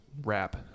wrap